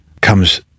comes